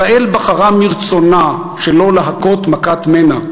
ישראל בחרה מרצונה שלא להכות מכת מנע,